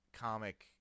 comic